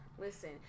Listen